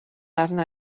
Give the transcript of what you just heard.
arna